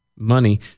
Money